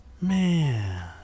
man